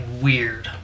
weird